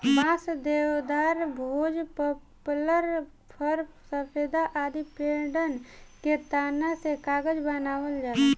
बांस, देवदार, भोज, पपलर, फ़र, सफेदा आदि पेड़न के तना से कागज बनावल जाला